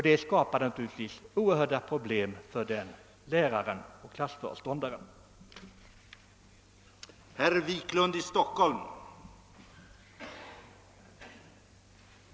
Det skapade naturligtvis oerhörda problem för lärarna att ta hand om dessa barn som inte kunde tala svenska. Med det anförda exemplet vill jag påtala att det brister i kontakten mellan de företag som tar in utländsk arbetskraft och skolan.